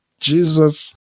Jesus